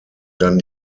dann